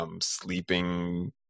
sleeping